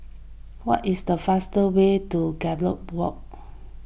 what is the fast way to Gallop Walk